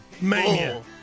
Mania